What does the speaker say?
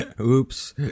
Oops